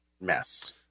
mess